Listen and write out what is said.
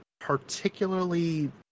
particularly